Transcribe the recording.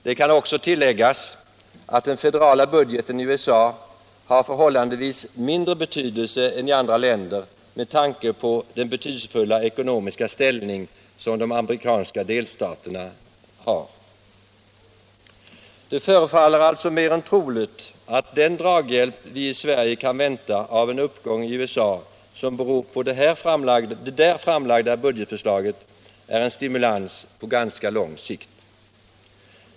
Det kan tilläggas att den federala budgeten i USA har förhållandevis mindre vikt än budgeten i andra länder, med tanke på den betydelsefulla ekonomiska ställning som de amerikanska delstaterna har. Det förefaller alltså mer än troligt att den draghjälp vi i Sverige kan vänta av uppgång i USA, som beror på det där framlagda budgetförslaget, är en stimulans på ganska lång sikt.